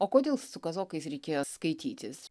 o kodėl su kazokais reikėjo skaitytis